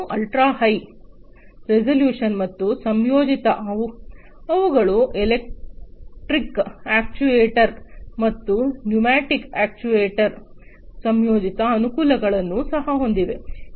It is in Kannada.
ಮತ್ತು ಅಲ್ಟ್ರಾ ಹೈ ರೆಸಲ್ಯೂಶನ್ ಮತ್ತು ಸಂಯೋಜಿತ ಅವುಗಳು ಎಲೆಕ್ಟ್ರಿಕ್ ಅಕ್ಚುಯೆಟರ್ ಮತ್ತು ನ್ಯೂಮ್ಯಾಟಿಕ್ ಅಕ್ಚುಯೆಟರ್ ಸಂಯೋಜಿತ ಅನುಕೂಲಗಳನ್ನು ಸಹ ಹೊಂದಿವೆ